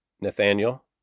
Nathaniel